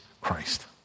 Christ